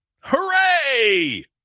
Hooray